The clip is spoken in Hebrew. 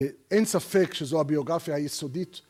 אין ספק שזו הביוגרפיה היסודית